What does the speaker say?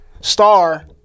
star